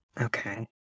Okay